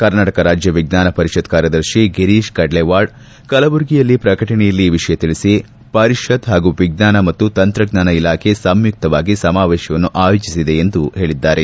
ಕರ್ನಾಟಕ ರಾಜ್ಯ ವಿಜ್ವಾನ ಪರಿಷತ್ ಕಾರ್ಯದರ್ತಿ ಗಿರೀತ್ ಕಡ್ಲವಾಡ್ ಕಲಬುರಗಿಯಲ್ಲಿ ಪ್ರಕಟಣೆಯಲ್ಲಿ ಈ ವಿಷಯ ತಿಳಿಸಿ ಪರಿಷತ್ ಹಾಗೂ ವಿಜ್ಞಾನ ಮತ್ತು ತಂತ್ರಜ್ಞಾನ ಇಲಾಖೆ ಸಂಯುಕ್ತವಾಗಿ ಸಮಾವೇಶವನ್ನು ಆಯೋಜಿಸಿದೆ ಎಂದು ಹೇಳಿದ್ದಾರೆ